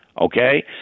Okay